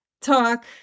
talk